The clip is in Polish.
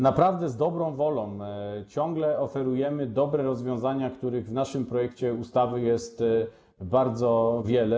Naprawdę z dobrą wolą ciągle oferujemy dobre rozwiązania, których w naszym projekcie ustawy jest bardzo wiele.